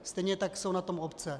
Stejně tak jsou na tom obce.